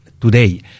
today